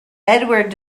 edward